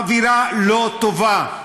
האווירה לא טובה,